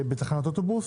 בתחנות אוטובוס.